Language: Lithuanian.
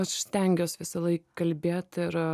aš stengiuos visąlaik kalbėt ir